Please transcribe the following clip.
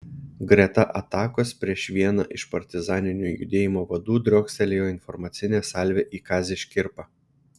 greta atakos prieš vieną iš partizaninio judėjimo vadų driokstelėjo informacinė salvė į kazį škirpą